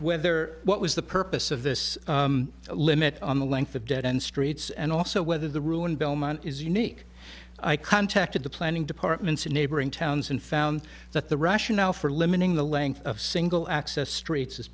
whether what was the purpose of this limit on the length of dead end streets and also whether the rule in belmont is unique i contacted the planning departments in neighboring towns and found that the rationale for limiting the length of single access streets is